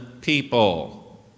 people